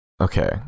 Okay